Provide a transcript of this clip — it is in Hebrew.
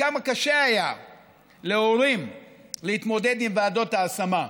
וכמה קשה היה להורים להתמודד עם ועדות ההשמה.